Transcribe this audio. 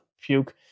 puke